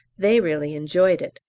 they really enjoyed it,